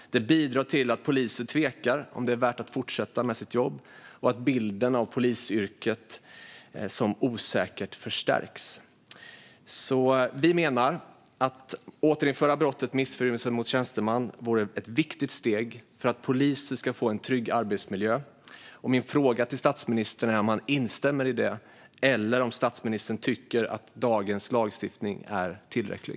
Det bidrar till att poliser tvekar om det är värt att fortsätta med sitt jobb och att bilden av polisyrket som osäkert förstärks. Vi menar att ett återinförande av brottet missfirmelse mot tjänsteman vore ett viktigt steg för att poliser ska få en trygg arbetsmiljö. Instämmer statsministern i detta, eller tycker han att dagens lagstiftning är tillräcklig?